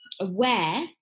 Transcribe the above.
aware